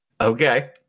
Okay